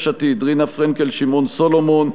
יש עתיד: רינה פרנקל ושמעון סולומון.